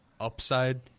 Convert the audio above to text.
upside